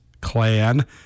clan